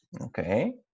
Okay